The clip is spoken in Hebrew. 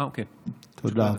תודה.